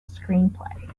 screenplay